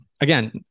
again